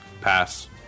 pass